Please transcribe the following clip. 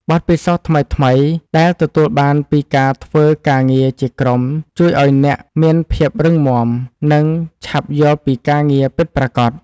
បទពិសោធន៍ថ្មីៗដែលទទួលបានពីការធ្វើការងារជាក្រុមជួយឱ្យអ្នកមានភាពរឹងមាំ និង ឆាប់យល់ពីការងារពិតប្រាកដ។